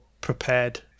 prepared